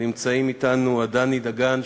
נמצאים אתנו עדני דגן,